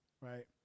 right